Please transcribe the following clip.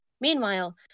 Meanwhile